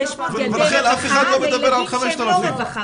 600 ילדי רווחה וילדים שהם לא רווחה.